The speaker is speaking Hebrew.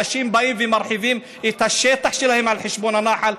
אנשים באים ומרחיבים את השטח שלכם על חשבון הנחל,